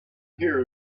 here